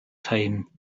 time